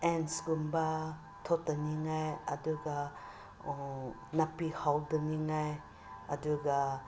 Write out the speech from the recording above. ꯑꯦꯟꯁꯀꯨꯝꯕ ꯊꯣꯛꯇꯅꯤꯡꯉꯥꯏ ꯑꯗꯨꯒ ꯅꯥꯄꯤ ꯍꯧꯗꯅꯤꯡꯉꯥꯏ ꯑꯗꯨꯒ